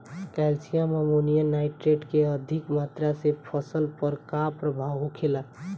Calcium ammonium nitrate के अधिक मात्रा से फसल पर का प्रभाव होखेला?